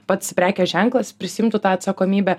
pats prekės ženklas prisiimtų tą atsakomybę